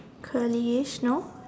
curlyish no